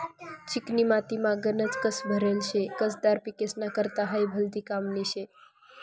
चिकनी मातीमा गनज कस भरेल शे, कसदार पिकेस्ना करता हायी भलती कामनी शे